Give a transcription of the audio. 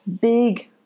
big